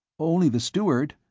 only the steward.